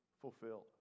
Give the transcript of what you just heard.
fulfilled